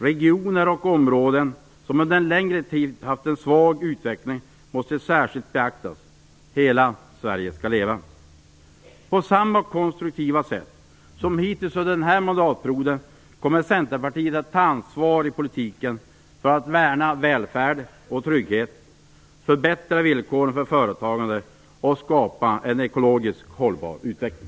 Regioner och områden som under en längre tid haft en svag utveckling måste särskilt beaktas. Hela Sverige skall leva. På samma konstruktiva sätt som hittills under denna mandatperiod kommer Centerpartiet att ta ansvar i politiken för att värna välfärd och trygghet, förbättra villkoren för företagande och skapa en ekologiskt hållbar utveckling.